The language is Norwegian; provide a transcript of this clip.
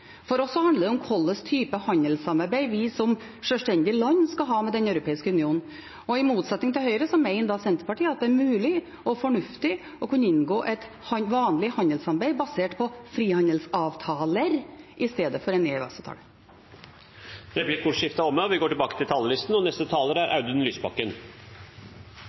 For oss handler det om hva slags type handelssamarbeid vi som sjølstendig land skal ha med Den europeiske union. I motsetning til Høyre mener Senterpartiet at det er mulig og fornuftig å inngå et vanlig handelssamarbeid basert på frihandelsavtaler i stedet for en EØS-avtale. Replikkordskiftet er omme. La meg først gratulere statsrådene, både de som sitter foran, og